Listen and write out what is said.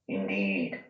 Indeed